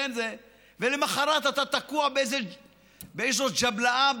ולמוחרת אתה תקוע באיזו ג'בלאה,